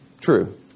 True